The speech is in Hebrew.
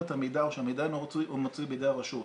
את המידע או שהמידע אינו מצוי בידי הרשות,